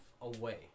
away